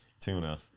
tuna